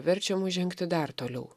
verčia mus žengti dar toliau